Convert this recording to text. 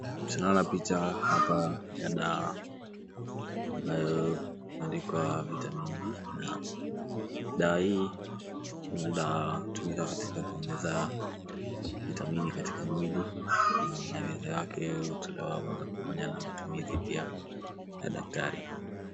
Tunaona picha hapa ya dawa ambayo imeandikwa vitamin D na dawa hii inatumika katika kuongeza vitami katika mwili, na maelezo yake hutolewa moja kwa moja na matumizi pia na daktari.